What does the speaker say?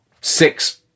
six